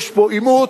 יש פה עימות